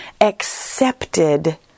accepted